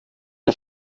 den